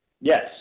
Yes